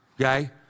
Okay